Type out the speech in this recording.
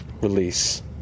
release